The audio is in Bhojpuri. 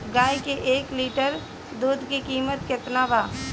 गाय के एक लीटर दूध के कीमत केतना बा?